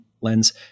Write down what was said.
lens